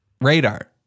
radar